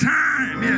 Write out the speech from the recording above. time